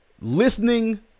listening